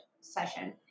session